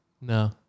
No